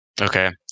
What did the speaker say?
Okay